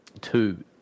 two